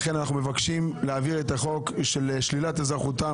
לכן אנחנו מבקשים להעביר את הצעת החוק לשלילת אזרחותם